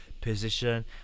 position